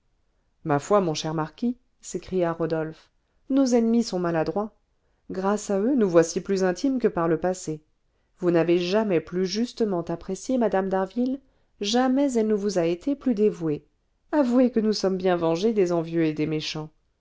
ma foi mon cher marquis s'écria rodolphe nos ennemis sont maladroits grâce à eux nous voici plus intimes que par le passé vous n'avez jamais plus justement apprécié mme d'harville jamais elle ne vous a été plus dévouée avouez que nous sommes bien vengés des envieux et des méchants